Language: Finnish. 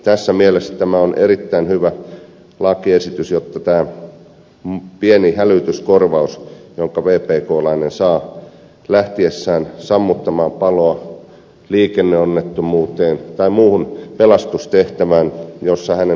tässä mielessä tämä on erittäin hyvä lakiesitys tästä pienestä hälytyskorvauksesta jonka vpklainen saa lähtiessään sammuttamaan paloa liikenneonnettomuuteen tai muuhun pelastustehtävään jossa hänen ammattitaitonsa tulee esille